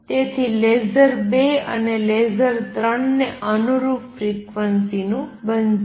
તેથી લેસર સ્તર ૨ અને સ્તર 3 ને અનુરૂપ ફ્રિક્વન્સી નું બનશે